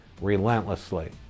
relentlessly